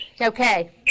Okay